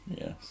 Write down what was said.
Yes